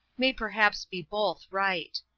may perhaps be both right.